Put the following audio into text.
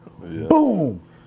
boom